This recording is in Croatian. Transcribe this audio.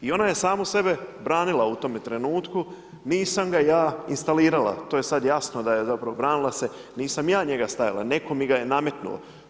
I ona je samu sebe branila u tome trenutku, nisam ga ja instalirala, to je sad jasno da je branila se, nisam ja njega stavila, netko mi ga je nametnuo.